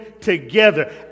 together